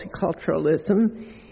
multiculturalism